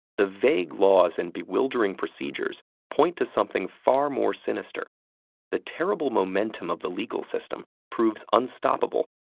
the vague laws and bewildering procedures point to something far more sinister the terrible momentum of the legal system proves unstoppable,